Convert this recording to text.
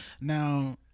Now